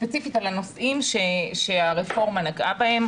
ספציפית על הנושאים שהרפורמה נגעה בהם.